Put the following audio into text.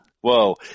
whoa